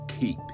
Keep